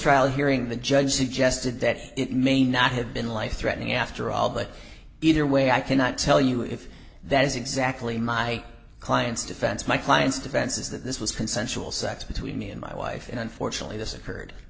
trial hearing the judge suggested that it may not have been life threatening after all but either way i cannot tell you if that is exactly my client's defense my client's defense is that this was consensual sex between me and my wife and unfortunately this occurred